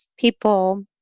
People